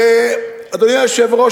ואדוני היושב-ראש,